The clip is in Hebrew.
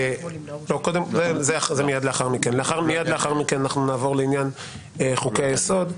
מיד לאחר מכן נעבור לעניין חוקי היסוד.